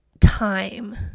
time